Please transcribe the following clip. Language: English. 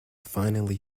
finally